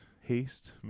haste